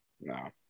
No